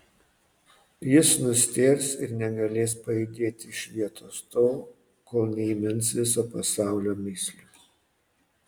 jis nustėrs ir negalės pajudėti iš vietos tol kol neįmins viso pasaulio mįslių